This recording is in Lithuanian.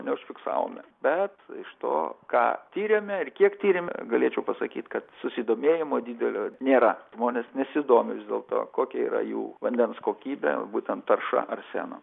neužfiksavome bet iš to ką tyrėme ir kiek tyrėme galėčiau pasakyt kad susidomėjimo didelio nėra žmonės nesidomi vis dėlto kokia yra jų vandens kokybė būtent tarša arseno